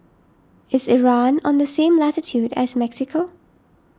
is Iran on the same latitude as Mexico